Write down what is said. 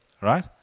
Right